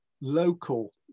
local